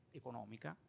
economica